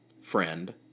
friend